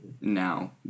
now